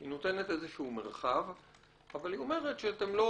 היא נותנת איזה שהוא מרחב אבל היא אומרת שלא